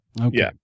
Okay